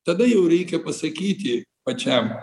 tada jau reikia pasakyti pačiam